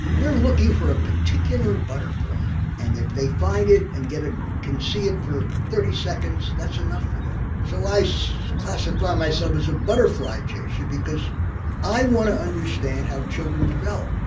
they're looking for a particular butterfly and if they find it and ah can see it for thirty seconds, that's enough for them. so i so classify myself as a butterfly chaser because i want to understand how children develop.